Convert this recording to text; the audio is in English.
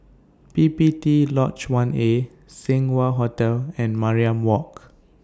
P P T Lodge one A Seng Wah Hotel and Mariam Walk